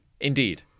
Indeed